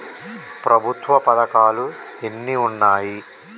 ప్రభుత్వ పథకాలు ఎన్ని ఉన్నాయి?